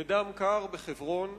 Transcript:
בדם קר בחברון.